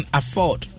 afford